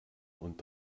und